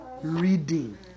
reading